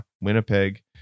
Winnipeg